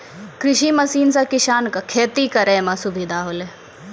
कृषि मसीन सें किसान क खेती करै में सुविधा होलय